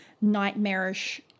nightmarish